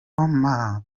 abo